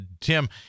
Tim